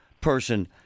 person